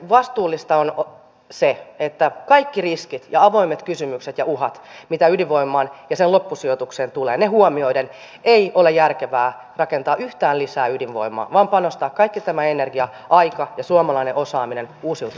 vastuullista on se että kaikki riskit ja avoimet kysymykset ja uhat mitä ydinvoimaan ja sen loppusijoitukseen tulee huomioiden ei ole järkevää rakentaa yhtään lisää ydinvoimaa vaan panostaa kaikki tämä energia aika ja suomalainen osaaminen uusiutuvaan energiaan